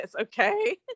okay